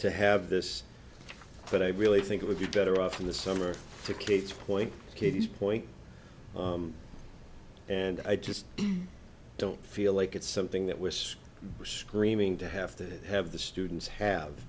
to have this but i really think it would be better off in the summer to kate's point kids point and i just don't feel like it's something that was screaming to have to have the students have